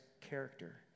character